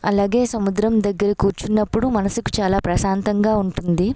అలాగే సముద్రం దగ్గర కూర్చున్నప్పుడు మనసుకు చాలా ప్రశాంతంగా ఉంటుంది